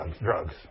drugs